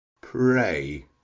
Pray